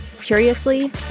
Curiously